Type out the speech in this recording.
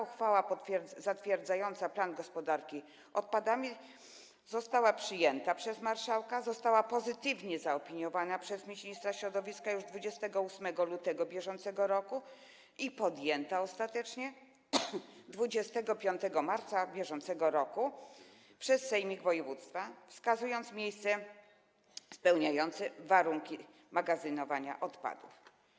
Uchwała zatwierdzająca plan gospodarki odpadami została przyjęta przez marszałka, została pozytywnie zaopiniowana przez ministra środowiska już 28 lutego br. i podjęta ostatecznie 25 marca br. przez sejmik województwa, ze wskazaniem miejsca spełniającego warunki magazynowania odpadów.